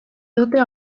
dute